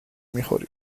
میخوری